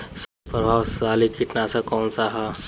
सबसे प्रभावशाली कीटनाशक कउन सा ह?